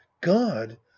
God